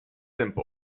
simple